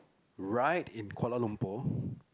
ride in Kuala-Lumpur